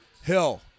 Hill